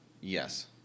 Yes